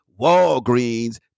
Walgreens